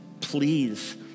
please